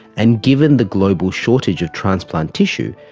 and given the global shortage of transplant tissue,